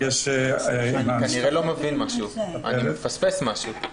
אני כנראה לא מבין משהו, אני מפספס משהו.